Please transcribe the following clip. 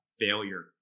failure